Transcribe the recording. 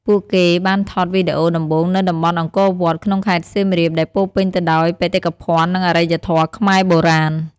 ពួកគេបានថតវីដេអូដំបូងនៅតំបន់អង្គរវត្តក្នុងខេត្តសៀមរាប ដែលពោរពេញទៅដោយបេតិកភណ្ឌនិងអរិយធម៌ខ្មែរបុរាណ។